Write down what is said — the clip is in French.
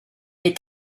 est